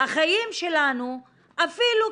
החיים שלנו אפילו,